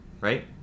right